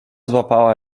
złapała